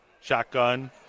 Shotgun